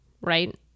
right